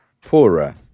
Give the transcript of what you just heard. poorer